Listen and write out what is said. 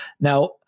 Now